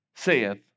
saith